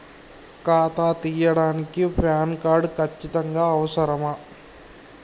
ఖాతా తీయడానికి PAN card ఖచ్చితంగా అవసరమా?